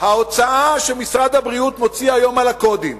ההוצאה שמשרד הבריאות מוציא היום על הקודים,